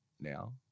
now